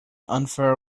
unfair